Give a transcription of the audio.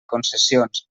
concessions